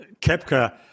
Kepka